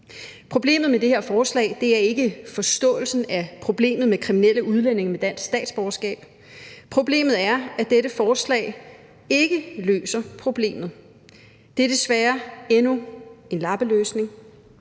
Problemet med det her forslag er ikke forståelsen af problemet med kriminelle udlændinge med dansk statsborgerskab. Problemet er, at dette forslag ikke løser problemet. Det er desværre endnu en lappeløsning;